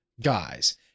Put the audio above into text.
guys